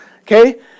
Okay